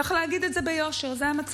צריך להגיד את זה ביושר, זה המצב.